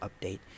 update